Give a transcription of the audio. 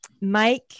Mike